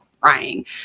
crying